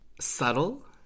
subtle